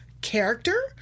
character